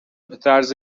بطرز